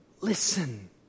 listen